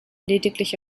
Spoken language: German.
lediglich